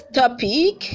topic